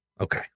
Okay